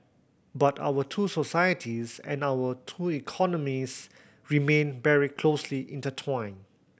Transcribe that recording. but our two societies and our two economies remained very closely intertwined